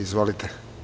Izvolite.